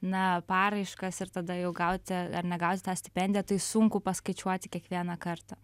na paraiškas ir tada jau gauti ar negauti tą stipendiją tai sunku paskaičiuoti kiekvieną kartą